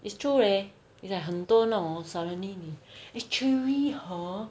it's true leh it's like 很多那种 suddenly actually hor